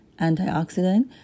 antioxidant